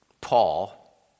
Paul